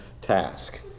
task